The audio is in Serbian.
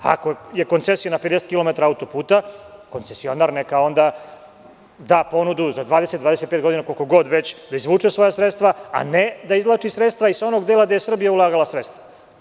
Ako je koncesija na 50 km auto-puta koncesionar neka onda da ponudu za 20 ili 25 godina, koliko već, da izvuče svoja sredstva, a ne da izvlači sredstva iz onog dela gde je Srbija ulagala svoja sredstva.